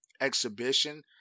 exhibition